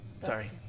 Sorry